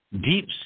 deep